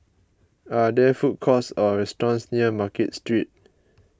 are there food courts or restaurants near Market Street